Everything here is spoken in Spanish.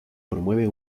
promueve